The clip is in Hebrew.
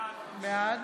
בעד